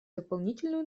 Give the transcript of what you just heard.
дополнительную